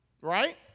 right